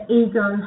ego